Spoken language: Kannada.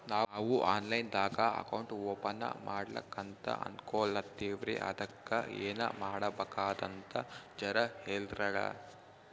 ನಾವು ಆನ್ ಲೈನ್ ದಾಗ ಅಕೌಂಟ್ ಓಪನ ಮಾಡ್ಲಕಂತ ಅನ್ಕೋಲತ್ತೀವ್ರಿ ಅದಕ್ಕ ಏನ ಮಾಡಬಕಾತದಂತ ಜರ ಹೇಳ್ರಲ?